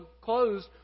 closed